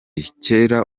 kera